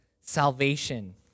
salvation